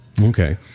Okay